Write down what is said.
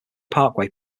parkway